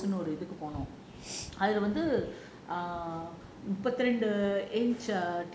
function போனோம் அதுல வந்து முப்பத்தி ரெண்டு:ponom athula vanthu muppathi rendu